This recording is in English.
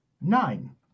nine